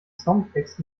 songtext